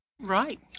Right